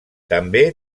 també